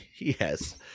Yes